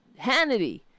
Hannity